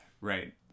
right